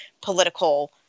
political